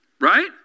Right